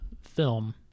film